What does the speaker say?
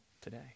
today